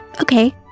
Okay